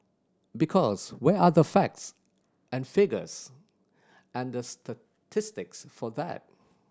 because where are the facts and figures and the statistics for that